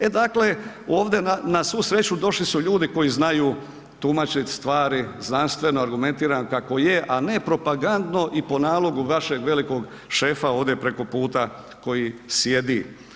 E dakle ovdje na svu sreću došli su ljudi koji znaju tumačiti stvari znanstveno, argumentirano kako je, a ne propagandno i po nalogu vašeg velikog šefa ovdje preko puta koji sjedi.